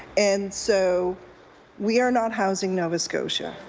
and so we are not housing nova scotia.